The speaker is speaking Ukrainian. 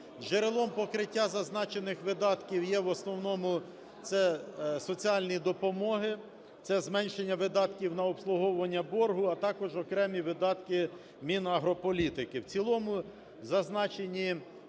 Джерелом покриття зазначених видатків є в основному, це соціальні допомоги, це зменшення видатків на обслуговування боргу, а також окремі видатки Мінагрополітики.